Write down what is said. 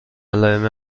علائم